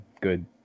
good